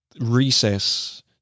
recess